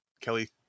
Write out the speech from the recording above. Kelly